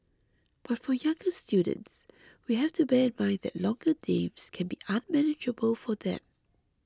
but for younger students we have to bear in mind that longer names can be unmanageable for them